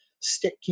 stick